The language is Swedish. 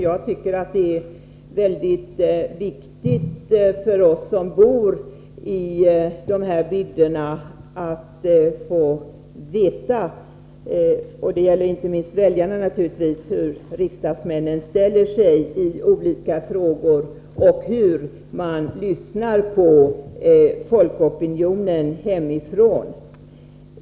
Jag tycker att det är väldigt viktigt för oss som bor i dessa bygder — det gäller inte minst väljarna naturligtvis — att få veta hur riksdagsmännen ställer sig i olika frågor och hur man lyssnar på folkopinionen hemifrån.